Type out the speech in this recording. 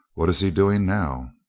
what is he doing now?